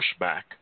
pushback